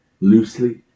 Loosely